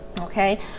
okay